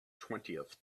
twentieth